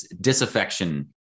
disaffection